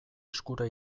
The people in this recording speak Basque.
eskura